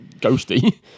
ghosty